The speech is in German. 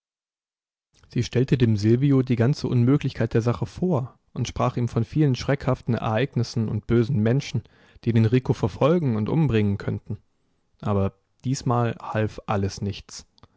sie stellte dem silvio die ganze unmöglichkeit der sache vor und sprach ihm von vielen schreckhaften ereignissen und bösen menschen die den rico verfolgen und umbringen könnten aber diesmal half alles nichts